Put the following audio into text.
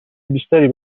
بیشتری